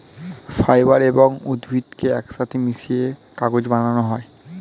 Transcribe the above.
fibre এবং উদ্ভিদকে একসাথে মিশিয়ে কাগজ বানানো হয়